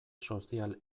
sozial